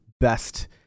best